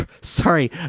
sorry